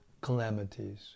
calamities